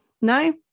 No